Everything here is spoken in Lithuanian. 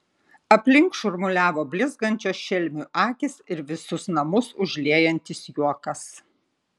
aplink šurmuliavo blizgančios šelmių akys ir visus namus užliejantis juokas